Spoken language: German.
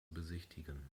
besichtigen